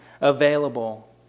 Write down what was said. available